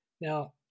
Now